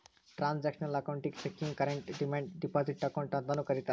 transactional ಅಕೌಂಟಿಗಿ checking current demand deposit account ಅಂತಾನೂ ಕರಿತಾರಾ